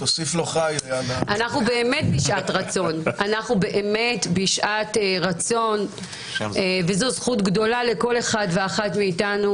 אנחנו באמת בשעת רצון וזו זכות גדולה לכל אחד ואחת מאתנו